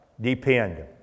depend